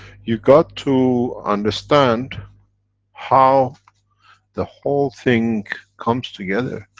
you've got to understand how the whole thing comes together.